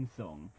song